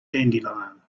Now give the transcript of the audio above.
dandelion